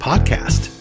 podcast